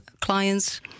client's